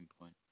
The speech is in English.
point